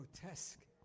grotesque